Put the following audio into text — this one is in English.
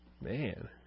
Man